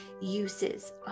uses